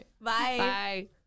Bye